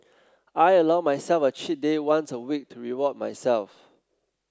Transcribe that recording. I allow myself a cheat day once a week to reward myself